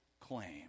claim